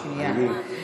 שנייה.